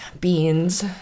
Beans